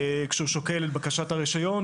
כשהוא שוקל את בקשת הרישיון,